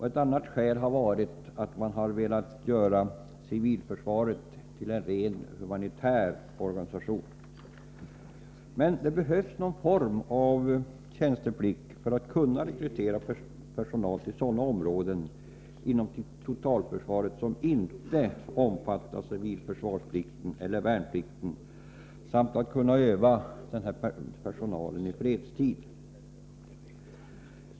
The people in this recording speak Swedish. Ett annat skäl har varit att man velat göra om civilförsvaret till en rent humanitär organisation. Men det behövs någon form av tjänsteplikt för att man skall kunna rekrytera personal till sådana områden inom totalförsvaret som inte omfattar civilförsvarsplikten eller värnplikten samt för att man skall kunna öva ifrågavarande personal i fredstid.